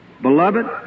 Beloved